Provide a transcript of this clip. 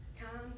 come